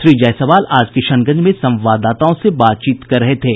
श्री जायसवाल आज किशनगंज में संवाददाताओं से बातचीत कर रहे थे